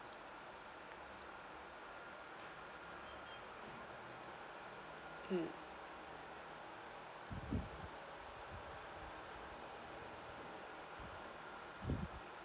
mm